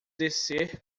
descer